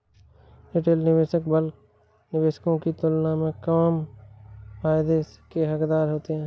retail निवेशक bulk निवेशकों की तुलना में कम फायदे के हक़दार होते हैं